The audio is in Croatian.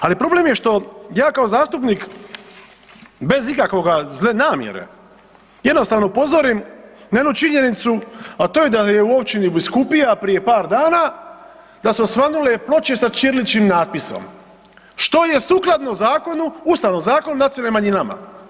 Ali problem je što ja kao zastupnik bez ikakvoga, zle namjere, jednostavno upozorim na jednu činjenicu, a to je da u općini Biskupija prije par dana da su osvanule ploče sa ćiriličnim natpisom što je sukladno zakonu, Ustavnom zakonu o nacionalnim manjinama.